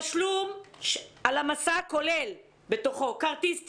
תשלום על המסע כולל בתוכו כרטיס טיסה,